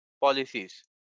policies